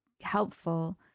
helpful